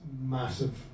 massive